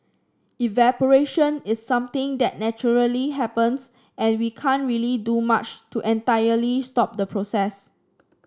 evaporation is something that naturally happens and we can't really do much to entirely stop the process